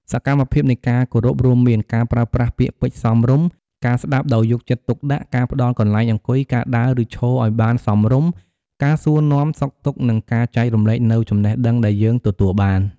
សកម្មភាពនៃការគោរពរួមមាន ការប្រើប្រាស់ពាក្យពេចន៍សមរម្យ ការស្ដាប់ដោយយកចិត្តទុកដាក់ ការផ្ដល់កន្លែងអង្គុយ ការដើរ ឬឈរឱ្យបានសមរម្យ ការសួរនាំសុខទុក្ខនិងការចែករំលែកនូវចំណេះដឹងដែលយើងទទួលបាន។